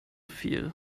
viel